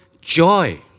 joy